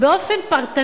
אם אני פונה באופן פרטני,